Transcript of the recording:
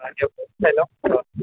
বাৰু দিয়ক চাই লওঁ অঁ